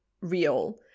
real